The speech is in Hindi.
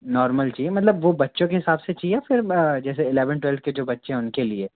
नॉर्मल चाहिए मतलब वो बच्चों के हिसाब से चाहिए या फिर जैसे एलेवन टूवेल्थ के जो बच्चे है उनके लिए